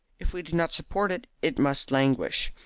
if we do not support it, it must languish,